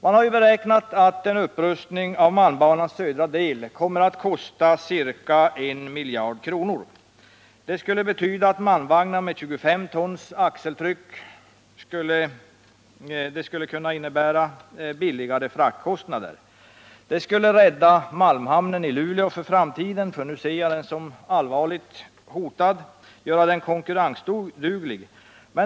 Man har beräknat att en upprustning av malmbanans södra del kommer att kosta ca 1 miljard kronor. Men upprustningen skulle göra det möjligt att trafikera banan med malmvagnar med 25 tons axeltryck, och det skulle kunna innebära lägre fraktkostnader. Det skulle rädda malmhamnen i Luleå för framtiden — nu ser jag den som allvarligt hotad — och göra den konkurrensduglig.